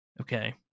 Okay